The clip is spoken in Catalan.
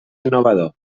innovador